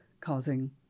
causing